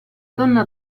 donna